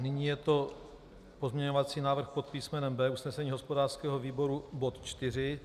Nyní je to pozměňovací návrh pod písmenem B, usnesení hospodářského výboru, bod 4.